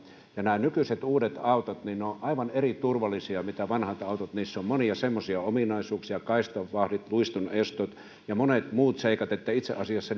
ja nämä nykyiset uudet autot ovat aivan eri turvallisia kuin vanhat autot niissä on monia semmoisia ominaisuuksia kaistavahdit luistonestot ja monet muut seikat että itse asiassa